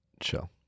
chill